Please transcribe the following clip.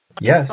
Yes